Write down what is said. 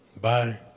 bye